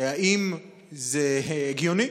אם זה הגיוני.